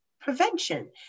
Prevention